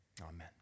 Amen